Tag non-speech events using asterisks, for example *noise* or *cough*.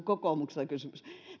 *unintelligible* kokoomuksesta on kysymys